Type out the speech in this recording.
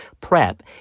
PrEP